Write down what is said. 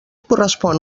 correspon